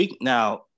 now